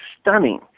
stunning